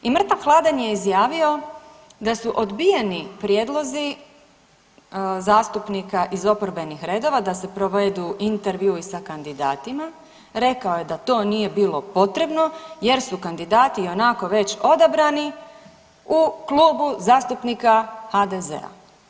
I mrtav hladan je izjavio da su odbijeni prijedlozi zastupnika iz oporbenih redova da se provedu intervjui sa kandidatima, rekao je da to nije bilo potrebno jer su kandidati ionako već odabrani u Klubu zastupnika HDZ-a.